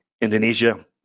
Indonesia